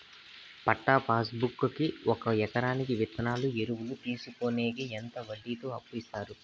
పట్టా passbook కి ఒక ఎకరాకి విత్తనాలు, ఎరువులు తీసుకొనేకి ఎంత వడ్డీతో అప్పు ఇస్తారు?